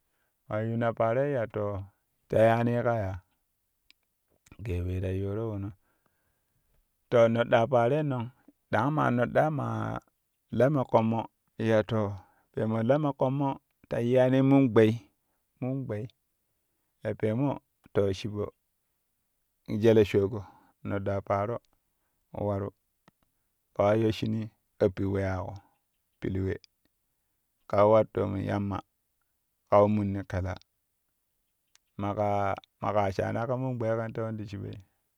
Maa yuuna paaroi ya to ta yaani ka yaa gee we ta yooro wono to noɗɗaa paaroi nong dang ma noɗɗaa maa la me ƙommo ya to la me ƙommo yiyani mon gbei ya peemo to shiɓo jele shogo noɗɗaa paaro ma waru maa ye shinii appi weyaƙo pil we ka we war toomno yamma ka we minnu kelaa maƙa maƙa shaana kɛ mun gbei kɛn tewon ti shiɓoi.